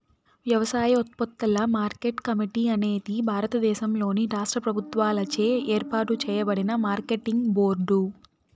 వ్యవసాయోత్పత్తుల market committee అనేది భారతదేశంలోని రాష్ట్ర ప్రభుత్వాలచే ఏర్పాటు చేయబడిన మార్కెటింగ్ బోర్డు